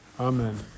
Amen